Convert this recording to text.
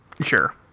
Sure